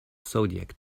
zodiac